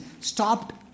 stopped